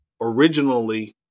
originally